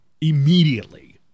immediately